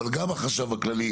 אבל גם החשב הכללי,